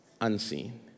unseen